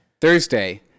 Thursday